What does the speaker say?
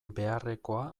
beharrekoa